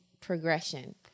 progression